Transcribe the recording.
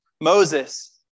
Moses